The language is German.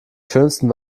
schönsten